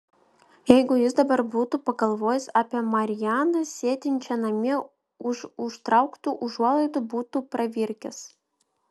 jeigu jis dabar būtų pagalvojęs apie marianą sėdinčią namie už užtrauktų užuolaidų būtų pravirkęs